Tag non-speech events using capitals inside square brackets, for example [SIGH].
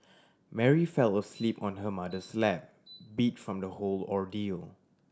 Mary fell asleep [NOISE] on her mother's lap beat from the whole ordeal